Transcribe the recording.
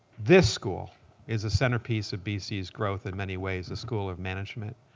this school is a centerpiece of bc's growth in many ways a school of management.